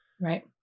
right